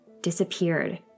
disappeared